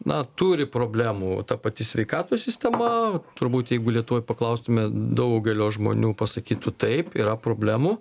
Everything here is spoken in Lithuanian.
na turi problemų ta pati sveikatos sistema turbūt jeigu lietuvoj paklaustume daugelio žmonių pasakytų taip yra problemų